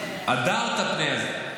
מה זה הדרה?